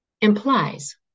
implies